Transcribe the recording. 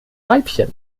weibchen